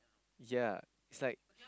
ya it's like